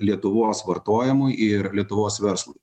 lietuvos vartojimui ir lietuvos verslui